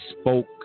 spoke